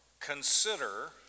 Consider